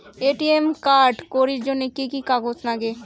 ATM card করির জন্যে কি কি কাগজ নাগে?